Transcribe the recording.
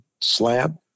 slab